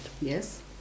yes